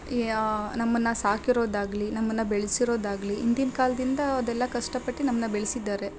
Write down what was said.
ನಮ್ಮನ್ನು ಸಾಕಿರೋದಾಗಲಿ ನಮ್ಮನ್ನು ಬೆಳೆಸಿರೋದಾಗ್ಲಿ ಹಿಂದಿನ ಕಾಲದಿಂದ ಅದೆಲ್ಲ ಕಷ್ಟಪಟ್ಟು ನಮ್ಮನ್ನ ಬೆಳೆಸಿದ್ದಾರೆ